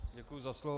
Děkuji za slovo.